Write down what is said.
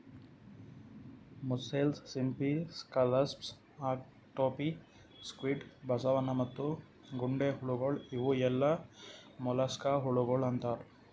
mussels, ಸಿಂಪಿ, scallops, octopi, squid, ಬಸವನ ಮತ್ತ ಗೊಂಡೆಹುಳಗೊಳ್ ಇವು ಎಲ್ಲಾ ಮೊಲಸ್ಕಾ ಹುಳಗೊಳ್ ಅಂತಾರ್